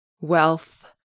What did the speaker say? wealth